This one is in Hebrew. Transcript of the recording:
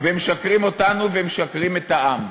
ומשקרים לנו ומשקרים לעם.